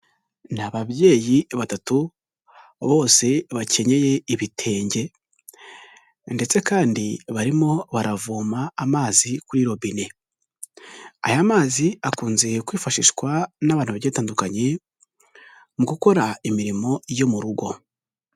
Ni ababyeyi batatu bose bakenyeye ibitenge ndetse kandi barimo baravoma amazi kuri robine. Aya mazi akunze kwifashishwa n'abantu bagiye batandukanye, mu gukora imirimo yo mu rugo.